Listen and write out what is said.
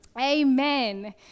Amen